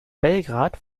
belgrad